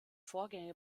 vorgänge